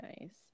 nice